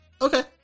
Okay